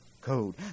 Code